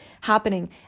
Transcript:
happening